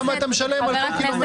כמה אתה משלם עבור קילומטר.